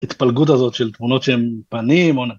התפלגות הזאת של תמונות שהם פנים.